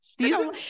Season